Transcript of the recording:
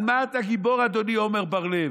על מה אתה גיבור, אדוני עמר בר לב?